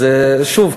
אז שוב,